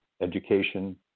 education